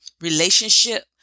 relationship